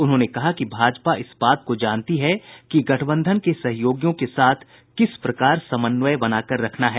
उन्होंने कहा कि भाजपा इस बात को जानती है कि गठबंधन के सहयोगियों के साथ किस प्रकार समन्वय बनाकर रखना है